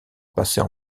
passer